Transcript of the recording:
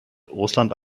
russland